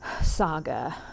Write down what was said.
saga